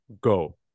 Go